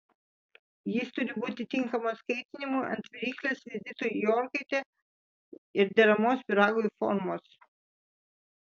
jis turi būti tinkamas kaitinimui ant viryklės vizitui į orkaitę ir deramos pyragui formos